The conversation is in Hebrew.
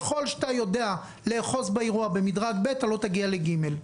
כי ככל שאתה יודע לאחוז באירוע במדרג ב' אתה לא תגיע ל-ג'.